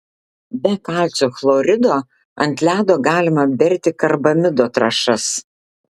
be kalcio chlorido ant ledo galima berti karbamido trąšas